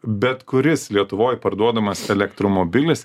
bet kuris lietuvoj parduodamas elektromobilis